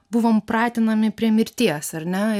buvom pratinami prie mirties ar ne